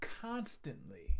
constantly